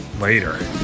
later